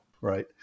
Right